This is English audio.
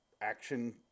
action